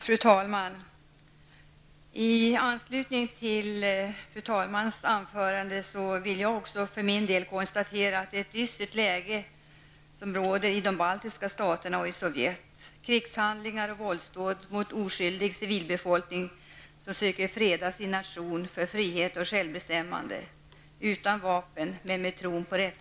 Fru talman! Det var min avsikt att vänta med den debatten.